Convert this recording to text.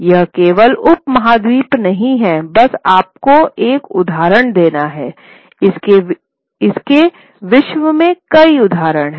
यह केवल उपमहाद्वीप नहीं है बस आपको एक उदाहरण देना है इसके विश्व में कई उदाहरण हैं